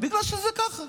בגלל שככה.